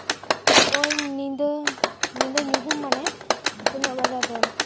ᱳᱭ ᱧᱤᱫᱟᱹ ᱧᱤᱫᱟᱹ ᱧᱩᱦᱩᱢ ᱢᱟᱱᱮ ᱛᱤᱱᱟᱹᱜ ᱵᱟᱡᱟᱜ ᱛᱮ